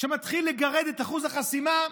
שמתחיל לגרד את אחוז החסימה,